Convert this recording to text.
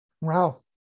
Wow